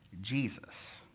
Jesus